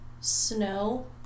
snow